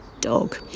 dog